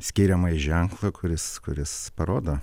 skiriamąjį ženklą kuris kuris parodo